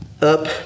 up